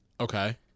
Okay